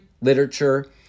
literature